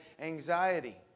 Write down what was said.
anxiety